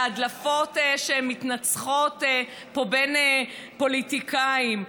והדלפות שמתנצחות פה בין פוליטיקאים.